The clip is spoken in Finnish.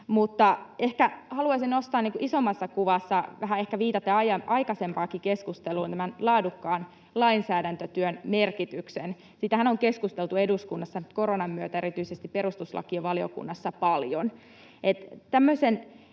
Mutta ehkä haluaisin nostaa, niin kuin isommassa kuvassa vähän ehkä viitaten aikaisempaankin keskusteluun, tämän laadukkaan lainsäädäntötyön merkityksen. Siitähän on keskusteltu eduskunnassa koronan myötä erityisesti perustuslakivaliokunnassa paljon,